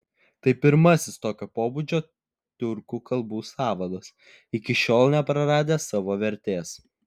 tai pirmasis tokio pobūdžio tiurkų kalbų sąvadas iki šiol nepraradęs savo vertės